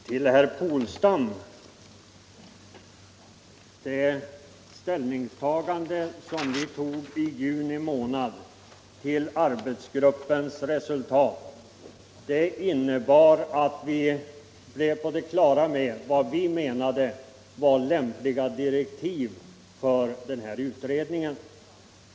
Fru talman! Till herr Polstam vill jag säga att det ställningstagande till arbetsgruppens resultat som vi tog i juni månad i fjol innebar, att vi hade blivit på det klara med vad vi menade borde vara lämpliga direktiv för utredningen.